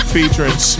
Featuring